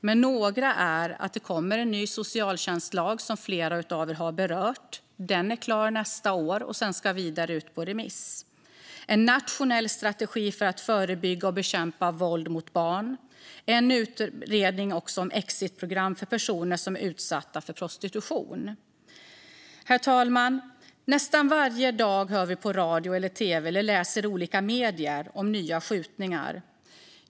Det kommer till exempel en ny socialtjänstlag, som flera av er har berört. Utredningen är klar nästa år och ska sedan vidare ut på remiss. Det kommer en nationell strategi för att förebygga och bekämpa våld mot barn. Det finns också en utredning om exitprogram för personer som är utsatta för prostitution. Herr talman! Nästan varje dag hör vi på radio och tv eller läser i olika medier om nya skjutningar.